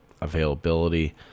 availability